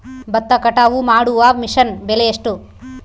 ಭತ್ತ ಕಟಾವು ಮಾಡುವ ಮಿಷನ್ ಬೆಲೆ ಎಷ್ಟು?